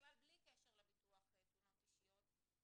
בכלל בלי קשר לביטוח תאונות אישיות,